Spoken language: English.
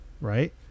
Right